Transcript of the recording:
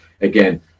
again